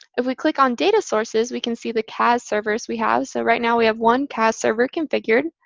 if we click on data sources, we can see the cas servers we have. so right now, we have one cas server configured.